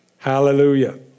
Hallelujah